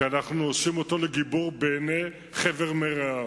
כי אנחנו עושים אותו לגיבור בעיני חבר מרעיו.